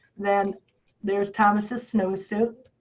then there's thomas's snowsuit.